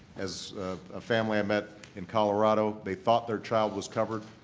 as a family i met in colorado, they thought their child was covered.